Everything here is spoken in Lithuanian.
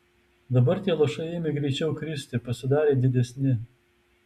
dabar tie lašai ėmė greičiau kristi pasidarė didesni